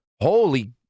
holy